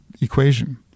equation